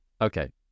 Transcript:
Okay